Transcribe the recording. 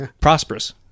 prosperous